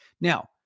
Now